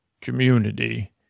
community